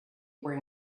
were